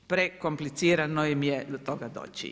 Prekomplicirano im je do toga doći.